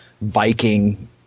Viking